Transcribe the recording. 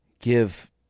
give